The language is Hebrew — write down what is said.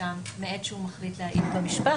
לנאשם מעת שהוא מחליט להעיד במשפט.